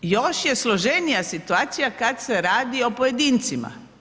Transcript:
Još je složenija situacija kada se radi o pojedincima.